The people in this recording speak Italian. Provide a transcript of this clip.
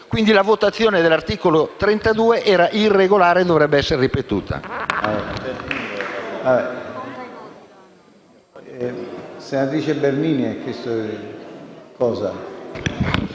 pertanto la votazione dell'articolo 32 era irregolare e dovrebbe essere ripetuta.